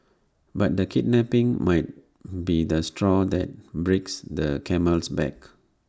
but the kidnapping might be the straw that breaks the camel's back